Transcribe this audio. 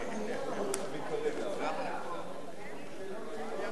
ההצעה להעביר את הצעת חוק זכויות הסטודנט (תיקון,